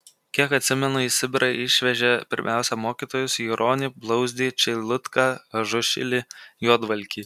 kiek atsimenu į sibirą išvežė pirmiausia mokytojus juronį blauzdį čeilutką ažušilį juodvalkį